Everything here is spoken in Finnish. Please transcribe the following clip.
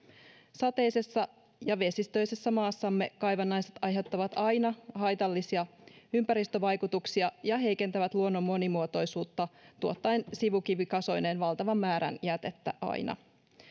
sateisessa ja vesistöisessä maassamme kaivannaiset aiheuttavat aina haitallisia ympäristövaikutuksia ja heikentävät luonnon monimuotoisuutta tuottaen sivukivikasoineen valtavan määrän jätettä aina